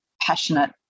passionate